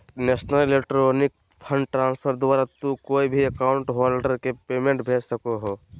national electronic fund transfer द्वारा तू कोय भी अकाउंट होल्डर के पेमेंट भेज सको हो